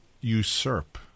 usurp